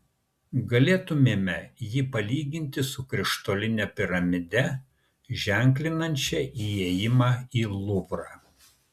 galėtumėme jį palyginti su krištoline piramide ženklinančia įėjimą į luvrą